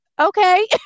okay